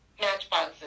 matchboxes